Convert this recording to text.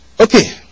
Okay